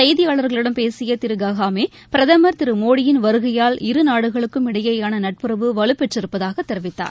செய்தியாளர்களிடம் பேசியதிருககாமே பிரதமர் திருமோடி யின் வருகையால் இரு நாடுகளுக்கும் இடையேயானநட்புறவு வலுப்பெற்றிருப்பதாகதெரிவித்தார்